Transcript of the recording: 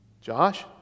Josh